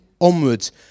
onwards